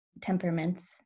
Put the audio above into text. temperaments